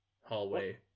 hallway